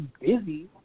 busy